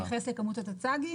בהתייחס לכמות הטצ"גים?